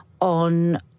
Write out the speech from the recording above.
on